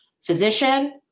physician